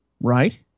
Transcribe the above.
right